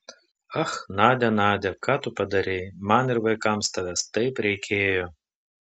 ach nadia nadia ką tu padarei man ir vaikams tavęs taip reikėjo